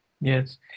Yes